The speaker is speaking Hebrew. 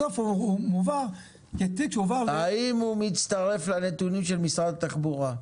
בסוף התיק מועבר --- האם הוא מצטרף לנתונים של משרד התחבורה?